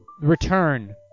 return